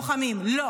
לוחמים, כמו חול.